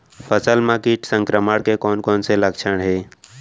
फसल म किट संक्रमण के कोन कोन से लक्षण हे?